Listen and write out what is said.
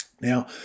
Now